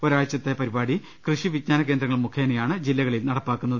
ഒരാഴ്ചത്തെ പരിപാടി കൃഷി വിജ്ഞാനകേന്ദ്രങ്ങൾ മുഖേന യാണ് ജില്ലകളിൽ നടപ്പാക്കുന്നത്